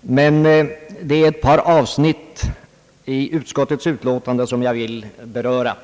Men det är ett par avsnitt i utskottets utlåtande som jag vill beröra.